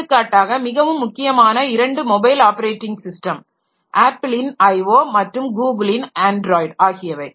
எடுத்துக்காட்டாக மிகவும் முக்கியமான இரண்டு மொபைல் ஆப்பரேட்டிங் சிஸ்டம் ஆப்பிளின் IO Apple's IO மற்றும் கூகுளின் ஆண்ட்ராய்டு Google's Android ஆகியவை